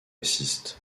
assistent